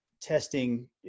testing